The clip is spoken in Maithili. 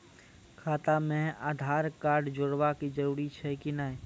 खाता म आधार कार्ड जोड़वा के जरूरी छै कि नैय?